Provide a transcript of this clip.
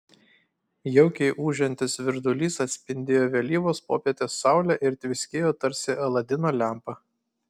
jaukiai ūžiantis virdulys atspindėjo vėlyvos popietės saulę ir tviskėjo tarsi aladino lempa